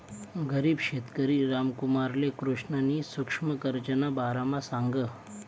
गरीब शेतकरी रामकुमारले कृष्णनी सुक्ष्म कर्जना बारामा सांगं